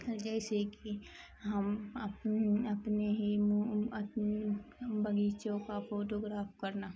جیسے کہ ہم اپنے ہی اپنے باغیچوں کا فوٹوگراف کرنا